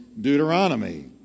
Deuteronomy